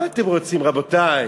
מה אתם רוצים, רבותי?